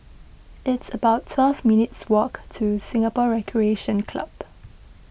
it's about twelve minutes' walk to Singapore Recreation Club